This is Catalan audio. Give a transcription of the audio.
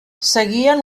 seguien